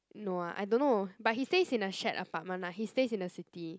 no ah I don't know but he stays in a shared apartment lah he stays in the city